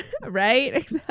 right